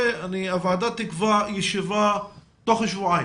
הוועדה תקבע ישיבה שתתקיים תוך שבועיים,